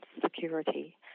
security